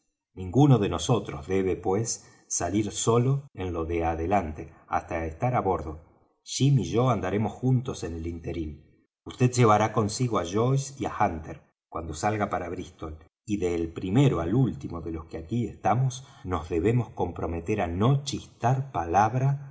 ninguno de nosotros debe pues salir solo en lo de adelante hasta estar á bordo jim y yo andaremos juntos en el interín vd llevará consigo á joyce y á hunter cuando salga para brístol y del primero al último de los que aquí estamos nos debemos comprometer á no chistar palabra